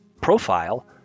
profile